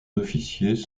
officiers